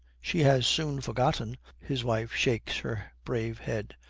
she has soon forgotten his wife shakes her brave head.